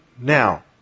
now